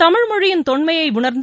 தமிழ் மொழியின் தொன்மையை உணா்ந்து